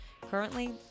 Currently